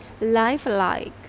lifelike